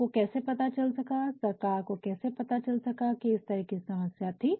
लोगों को कैसे पता चल सका सरकार को कैसे पता चल सका कि इस तरह की समस्या थी